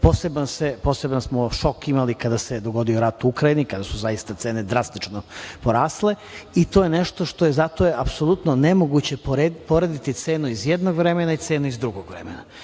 Poseban smo šok imali kada se dogodio rat u Ukrajini, kada su zaista cene drastično porasle i zato je apsolutno nemoguće porediti cenu iz jednog vremena i cenu iz drugog vremena. Takođe,